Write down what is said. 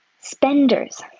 spenders